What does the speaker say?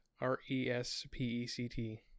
r-e-s-p-e-c-t